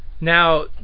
Now